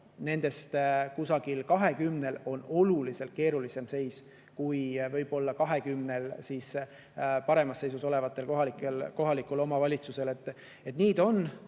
nendest kusagil 20-l on oluliselt keerulisem seis kui võib-olla 20-l paremas seisus oleval kohalikul omavalitsusel.